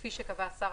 כפי שקבע השר,